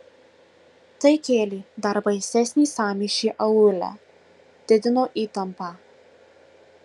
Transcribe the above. tai kėlė dar baisesnį sąmyšį aūle didino įtampą